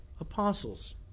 apostles